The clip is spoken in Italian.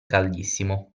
caldissimo